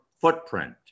footprint